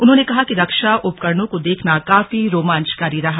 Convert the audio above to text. उन्होंने कहा कि रक्षा उपकरणों को देखना काफी रोमांचकारी रहा